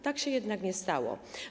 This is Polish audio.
Tak się jednak nie stało.